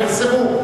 פרסמו.